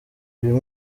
uyu